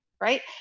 right